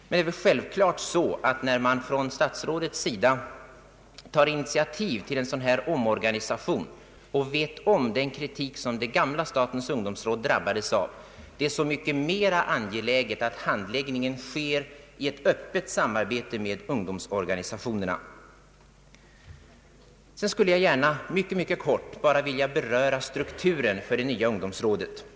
Men det är självklart att när statsrådet tar initiativ till en omorganisation och vet om den kritik som det gamla statens ungdomsråd drabbades av så är det så mycket mer angeläget att handläggningen sker i ett öppet samarbete med ungdomsorganisationerna. Sedan skulle jag mycket kort vilja beröra frågan om det nya ungdomsrådets struktur.